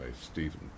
Stephen